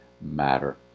matter